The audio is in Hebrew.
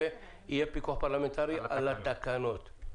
שיהיה פיקוח פרלמנטרי על התקנות,